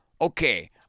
okay